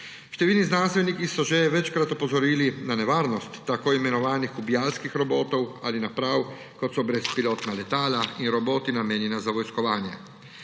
Številni znanstveniki so že večkrat opozorili na nevarnost tako imenovanih ubijalskih robotov ali naprav, kot so brezpilotna letala in roboti, namenjeni za vojskovanje.